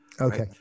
Okay